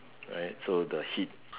right so the heat